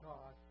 God